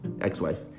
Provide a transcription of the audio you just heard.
ex-wife